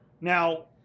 now